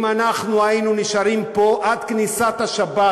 אם אנחנו היינו נשארים פה עד כניסת השבת,